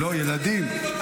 לא, ילדים.